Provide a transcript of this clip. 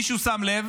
מישהו שם לב